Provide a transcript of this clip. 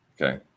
okay